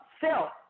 Self